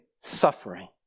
suffering